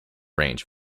range